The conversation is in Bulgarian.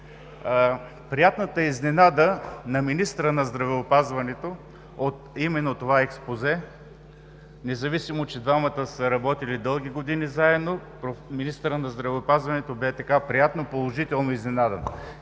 приятната изненада на министъра на здравеопазване именно от това експозе. Независимо че двамата са работили дълги години заедно, министърът на здравеопазването бе приятно положително изненадан.